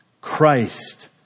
Christ